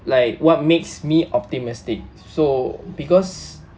like what makes me optimistic so because